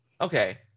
Okay